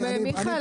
מיכאל,